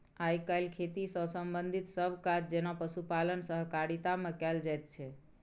आइ काल्हि खेती सँ संबंधित सब काज जेना पशुपालन सहकारिता मे कएल जाइत छै